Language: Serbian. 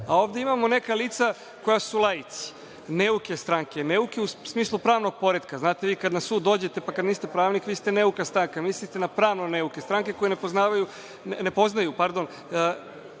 a ovde imamo neka lica koja su laici, neuke stranke, neuke u smislu pravnog poretka. Kada na sud dođete, pa kada niste pravnik, vi ste neuka stranka, misli se na pravno neuke stranke koje ne poznaju